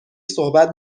صحبت